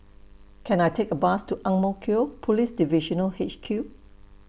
Can I Take A Bus to Ang Mo Kio Police Divisional H Q